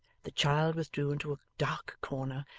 the child withdrew into a dark corner,